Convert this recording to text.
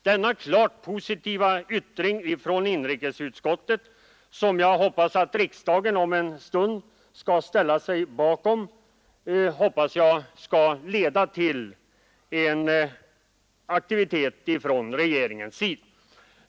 Detta klart uttalade positiva yttrande av inrikesutskottet, som jag tror att riksdagen om en stund skall ställa sig bakom, hoppas jag skall leda till en aktivitet från regeringens sida.